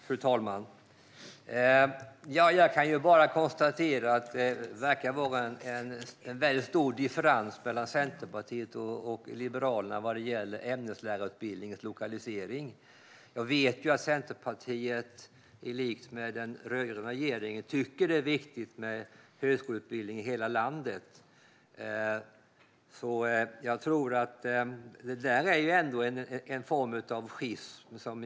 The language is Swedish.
Fru talman! Jag kan bara konstatera att det verkar vara en väldigt stor differens mellan Centerpartiet och Liberalerna vad gäller ämneslärarutbildningens lokalisering. Jag vet att Centerpartiet i likhet med den rödgröna regeringen tycker att det är viktigt med högskoleutbildning i hela landet. Detta är ändå en form av schism.